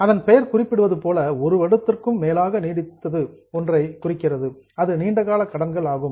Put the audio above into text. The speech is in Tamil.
அதன் பெயர் குறிப்பிடுவதுபோல 1 வருடத்திற்கும் மேலாக நீடிக்கும் ஒன்றை குறிக்கிறது அவை நீண்ட கால கடன்கள் ஆகும்